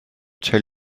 tell